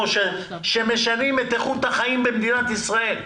שמשנים את איכות החיים במדינת ישראל,